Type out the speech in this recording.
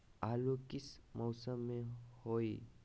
आलू किस मौसम में होई?